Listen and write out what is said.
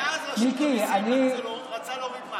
ואז רשות המיסים, מיקי, אני, רצתה להוריד מס.